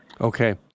Okay